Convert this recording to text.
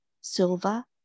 silver